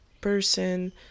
person